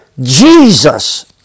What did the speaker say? Jesus